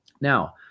Now